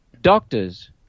doctors